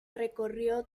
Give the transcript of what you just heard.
recorrió